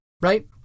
Right